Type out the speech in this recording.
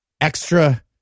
extra